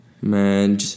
man